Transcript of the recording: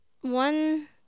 one